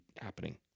happening